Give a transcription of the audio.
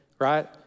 right